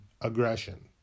aggression